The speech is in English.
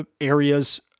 areas